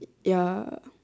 ya